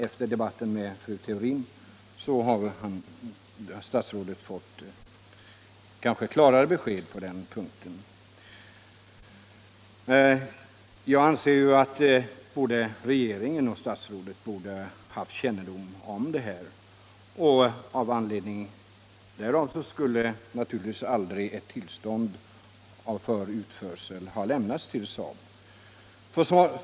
Efter debatten med fru Theorin har statsrådet kanske fått klarare besked på den punkten. Jag anser att både regeringen och statsrådet borde haft kännedom om detta. Av den anledningen borde naturligtvis aldrig ett tillstånd till utförsel ha lämnats till SAAB.